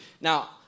now